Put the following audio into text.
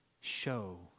show